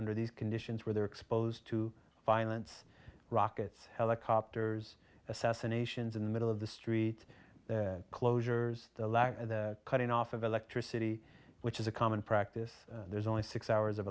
under these conditions where they're exposed to violence rockets helicopters assassinations in the middle of the street closures the lack of cutting off of electricity which is a common practice there's only six hours of